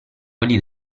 quelli